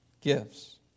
Gifts